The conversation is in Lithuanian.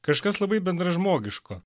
kažkas labai bendražmogiško